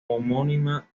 homónima